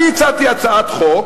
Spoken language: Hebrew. אני הצעתי הצעת חוק